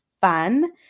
fun